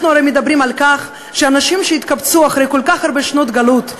אנחנו הרי אומרים שאנשים התקבצו אחרי כל כך הרבה שנות גלות,